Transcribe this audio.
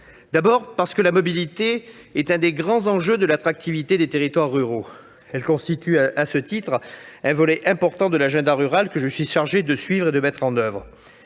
la ruralité. La mobilité est l'un des grands enjeux de l'attractivité des territoires ruraux ; elle constitue à ce titre un volet important de l'agenda rural que je suis chargé de mettre en oeuvre